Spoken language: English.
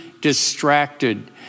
distracted